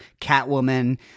catwoman